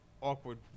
awkward